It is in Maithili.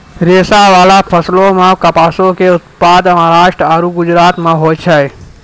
रेशाबाला फसलो मे कपासो के उत्पादन महाराष्ट्र आरु गुजरातो मे होय छै